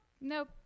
nope